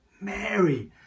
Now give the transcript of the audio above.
Mary